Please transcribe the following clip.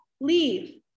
Leave